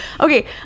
Okay